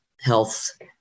health